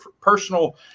personal